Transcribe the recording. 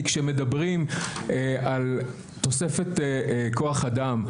כי כשמדברים על תוספת כוח אדם,